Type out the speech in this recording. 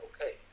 okay